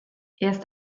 erst